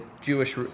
Jewish